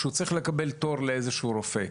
כשאני צריך לקבוע תור לאיזה רופא.